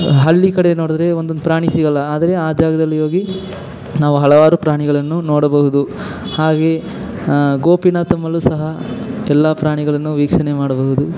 ಹಳ್ಳಿ ಕಡೆ ನೋಡಿದರೆ ಒಂದೊಂದು ಪ್ರಾಣಿ ಸಿಗೋಲ್ಲ ಆದರೆ ಆ ಜಾಗದಲ್ಲಿ ಹೋಗಿ ನಾವು ಹಲವಾರು ಪ್ರಾಣಿಗಳನ್ನು ನೋಡಬಹುದು ಹಾಗೆಯೇ ಗೋಪಿನಾಥಮ್ಮಲ್ಲೂ ಸಹ ಎಲ್ಲ ಪ್ರಾಣಿಗಳನ್ನು ವೀಕ್ಷಣೆ ಮಾಡಬಹುದು